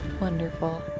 Wonderful